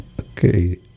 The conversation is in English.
Okay